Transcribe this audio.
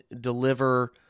deliver